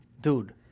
Dude